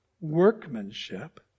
workmanship